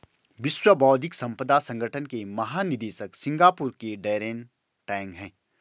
विश्व बौद्धिक संपदा संगठन के महानिदेशक सिंगापुर के डैरेन टैंग हैं